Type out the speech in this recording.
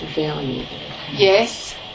Yes